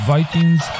Vikings